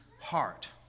heart